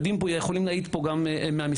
ויכולים להעיד פה גם מהמשרד.